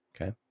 okay